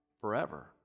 forever